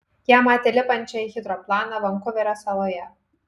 ją matė lipančią į hidroplaną vankuverio saloje